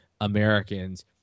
Americans